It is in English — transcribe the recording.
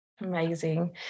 Amazing